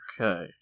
Okay